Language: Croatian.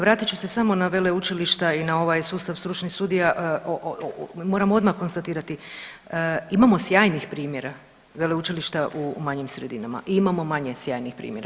Vratit ću se samo na veleučilišta i na ovaj sustav stručnih studija, moram odmah konstatirati, imamo sjajnih primjera veleučilišta u manjim sredinama i imamo manje sjajnih primjera.